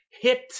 hit